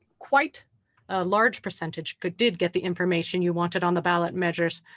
quite a large percentage could, did get the information you wanted on the ballot measures,